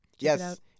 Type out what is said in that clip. Yes